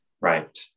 Right